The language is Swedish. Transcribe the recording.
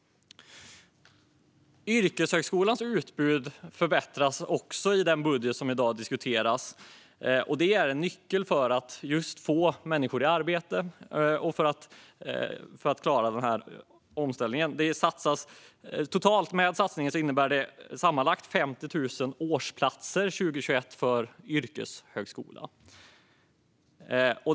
Yrkeshögskolans utbud förbättras också i den budget som i dag diskuteras. Det är en nyckel för att få människor i arbete och för att klara denna omställning. Den här satsningen innebär sammanlagt 50 000 årsplatser 2021 för yrkeshögskolan.